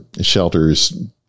shelters